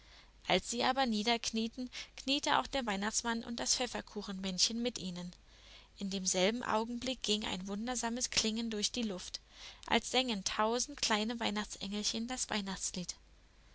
als sie aber niederknieten kniete auch der weihnachtsmann und das pfefferkuchenmännchen mit ihnen in demselben augenblick ging ein wundersames klingen durch die luft als sängen tausend kleine weihnachtsengelchen das weihnachtslied